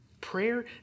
Prayer